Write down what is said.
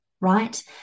right